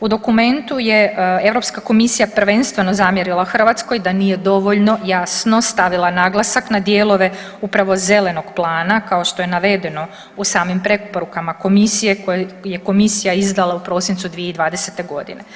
U dokumentu je Europska komisija prvenstveno zamjerila Hrvatskoj da nije dovoljno jasno stavila naglasak na dijelove upravo zelenog plana kao što je navedeno u samim preporukama komisije koje je komisija izdala u prosincu 2020. godine.